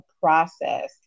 process